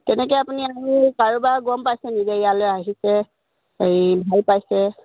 কেনেকে আপুনি আৰু কাৰোবাৰ গম পাইছে নেকি যে ইয়ালৈ আহিছে হেৰি ভাল পাইছে